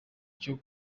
cyo